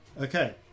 Okay